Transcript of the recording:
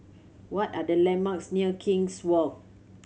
what are the landmarks near King's Walk